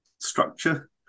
structure